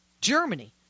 Germany